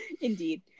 indeed